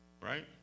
Right